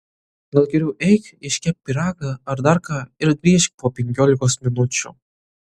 gal geriau eik iškepk pyragą ar dar ką ir grįžk po penkiolikos minučių